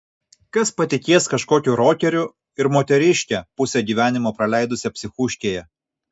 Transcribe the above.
kas patikės kažkokiu rokeriu ir moteriške pusę gyvenimo praleidusia psichuškėje